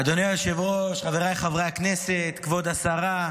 אדוני היושב-ראש, חבריי חברי הכנסת, כבוד השרה,